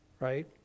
right